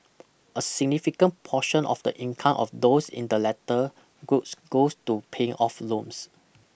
a significant portion of the income of those in the latter groups goes to paying off loans